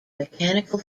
mechanical